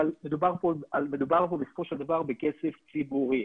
אבל מדובר פה בסופו של דבר בכסף ציבורי,